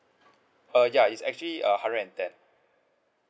uh ya it's actually uh hundred and ten